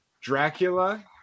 Dracula